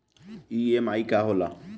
EMI का होला?